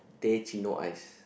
teh cino ice